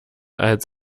als